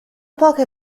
poche